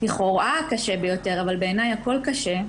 לכאורה הקשה ביותר אבל בעיניי הכול קשה,